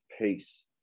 peace